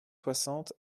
soixante